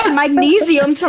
magnesium